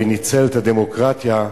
שניצל את הדמוקרטיה,